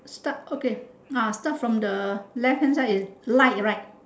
start okay start from the left hand side is light right